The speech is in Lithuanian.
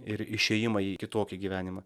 ir išėjimą į kitokį gyvenimą